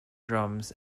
drums